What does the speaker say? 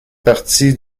partie